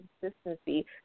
consistency